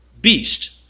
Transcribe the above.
beast